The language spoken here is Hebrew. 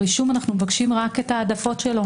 ברשום אנו מבקשים רק את ההעדפות שלו,